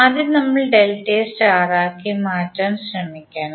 ആദ്യം നമ്മൾ ഡെൽറ്റയെ സ്റ്റാർ ആക്കി മാറ്റാൻ ശ്രമിക്കണം